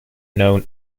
known